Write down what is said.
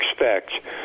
expect